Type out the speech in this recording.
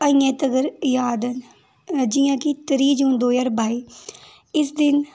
अजें तक्कर याद न जि'यां कि त्रीह् जून दो ज्हार बाई इस दिन